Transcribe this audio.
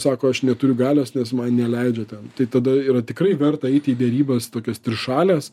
sako aš neturiu galios nes man neleidžia ten tai tada yra tikrai verta eiti į derybas tokias trišales